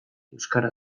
euskara